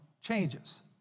changes